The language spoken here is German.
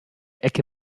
ecke